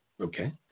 Okay